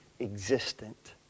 existent